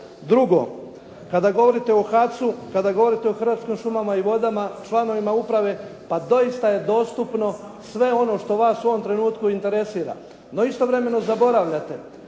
Drugo, kada govorite o HAC-u, kada govorite o Hrvatskim šumama i vodama, članovima uprave pa doista je dostupno sve ono što vas u ovom trenutku interesira. No istovremeno zaboravljate